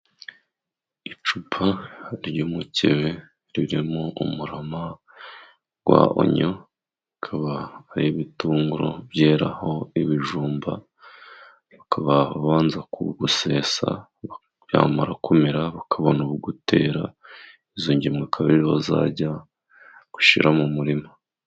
Icupa ry'umukebe ririmo umurama wa Onyo, ukaba ari ibitunguru byeraho ibijumba, bakaba babanza kuwusesa ,byamara kumera bakabona ubuwutera, izo ngemwe akaba ari zo bazajya gushyira mu murima.